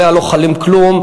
עליה לא חל כלום,